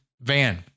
van